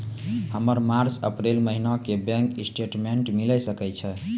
हमर March April महीना के बैंक स्टेटमेंट मिले सकय छै?